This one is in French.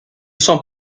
sens